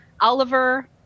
Oliver